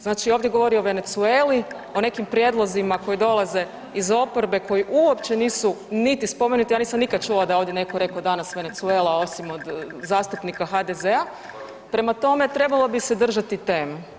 Znači ovdje govori o Venezueli, o nekim prijedlozima koji dolaze iz oporbe koji uopće nisu niti spomenuti, ja nisam nikad čula da je ovdje netko rekao danas Venezuela osim od zastupnika HDZ-a prema tome trebalo bi se držati teme.